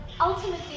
Ultimately